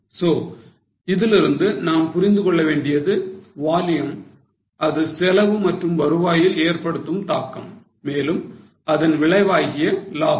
So இதிலிருந்து நாம் புரிந்து கொள்ள வேண்டியது volume அது செலவு மற்றும் வருவாயில் ஏற்படுத்தும் தாக்கம் மேலும் அதன் விளைவாகிய லாபம்